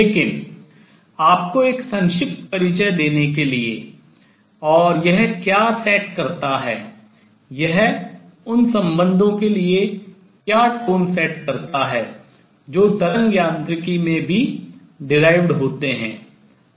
लेकिन आपको एक संक्षिप्त परिचय देने के लिए और यह क्या नियत करता है यह उन संबंधों के लिए क्या tone टोन set सेट करता है जो तरंग यांत्रिकी में भी व्युत्पन्न होते हैं